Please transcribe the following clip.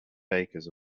bakers